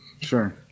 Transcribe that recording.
Sure